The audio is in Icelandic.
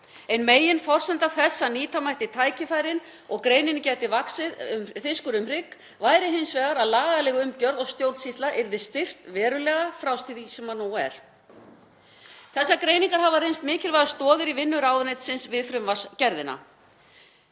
Ein meginforsenda þess að nýtt væru tækifærin og atvinnugreininni gæti vaxið fiskur um hrygg væri hins vegar að lagaleg umgjörð og stjórnsýsla yrði styrkt verulega frá því sem nú er. Þessar greiningar hafa reynst mikilvægar stoðir í vinnu ráðuneytisins við frumvarpsgerðina.